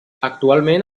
actualment